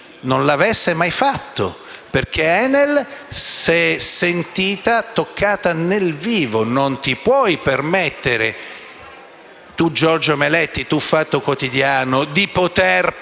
Non l'avesse mai fatto, perché Enel si è sentita toccata nel vivo: non ti puoi permettere, tu Giorgio Meletti e tu «Il Fatto Quotidiano», di poter pensare